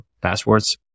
passwords